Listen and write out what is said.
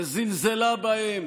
שזלזלה בהם,